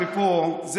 קרעי, בבקשה.